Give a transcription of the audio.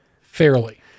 fairly